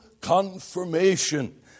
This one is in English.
confirmation